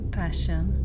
passion